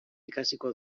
ikasiko